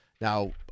Now